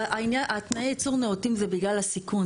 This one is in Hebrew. תנאי אישור הנאותים זה בגלל הסיכון,